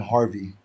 Harvey